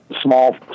small